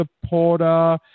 supporter